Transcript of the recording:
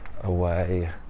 away